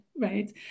right